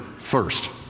first